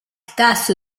tasso